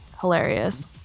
hilarious